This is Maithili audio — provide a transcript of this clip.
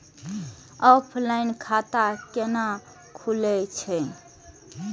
ऑफलाइन खाता कैना खुलै छै?